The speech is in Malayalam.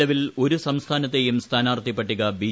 നിലവിൽ ഒരു സംസ്ഥാനത്തെയും സ്ഥാനാർത്ഥി പട്ടിക ബി